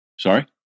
Sorry